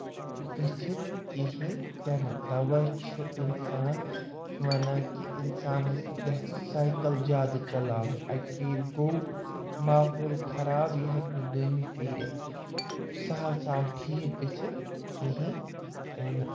گٔژھِتھ کِہیٖنٛۍ تہِ نہٕ تَوَے چھُ اِنسان وَنان کہِ اِنسانَس گَژھِ سایکَل زیادٕ چَلاوُن اَکہِ پھِرِ گوٚو ماحول خراب یہِ ہیٚکہِ نہٕ دوٚیمہِ پھِرِ سَہَل سَہل ٹھیٖک گٔژھِتھ کِہیٖنٛۍ تہِ نہٕ